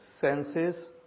senses